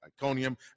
Iconium